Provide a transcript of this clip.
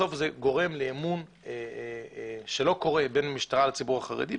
בסוף זה גורם לאמון שלא קורה בין המשטרה לציבור החרדי,